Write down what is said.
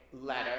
letter